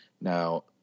Now